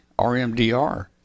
RMDR